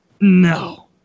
no